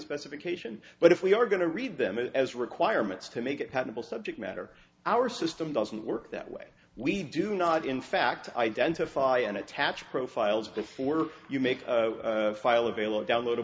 specification but if we are going to read them as requirements to make it habitable subject matter our system doesn't work that way we do not in fact identify and attach profiles before you make file avail of download